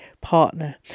partner